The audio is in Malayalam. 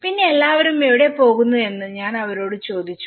പിന്നെ എല്ലാവരും എവിടെയാണ് പോകുന്നതെന്ന് ഞാൻ അവരോട് ചോദിച്ചു